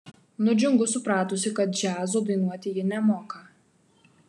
nudžiungu supratusi kad džiazo dainuoti ji nemoka